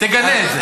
תגנה את זה.